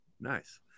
Nice